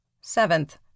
Seventh